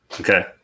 Okay